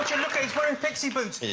wearing pixie boots.